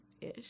Ish